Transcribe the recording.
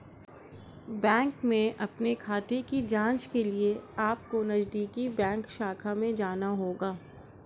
bank में अपने खाते की जांच के लिए अपको नजदीकी बैंक शाखा में जाना होगा